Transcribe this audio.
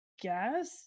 guess